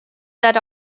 that